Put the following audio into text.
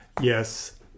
Yes